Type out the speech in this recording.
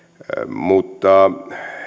mutta